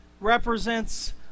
represents